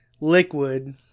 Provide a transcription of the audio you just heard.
liquid